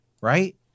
right